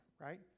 right